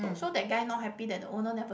so that guy not happy that the owner never